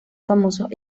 famosos